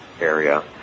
area